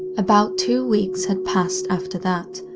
about two weeks had passed after that,